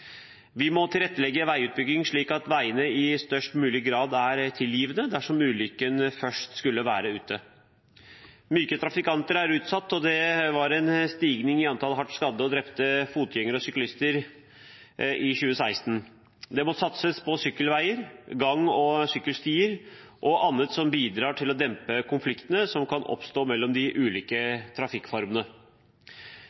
Vi må tilrettelegge for veiutbygging, slik at veiene i størst mulig grad er tilgivende dersom ulykken først skulle være ute. Myke trafikanter er utsatt. Det var en stigning i antall hardt skadde og drepte fotgjengere og syklister i 2016. Det må satses på sykkelveier, gang- og sykkelstier og annet som bidrar til å dempe konfliktene som kan oppstå mellom de ulike